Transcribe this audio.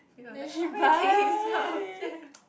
you know like Hui-Ting